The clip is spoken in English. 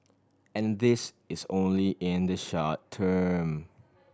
and this is only in the short term